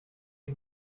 you